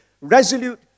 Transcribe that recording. resolute